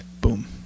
boom